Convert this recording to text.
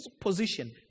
position